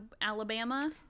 Alabama